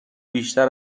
بیشتر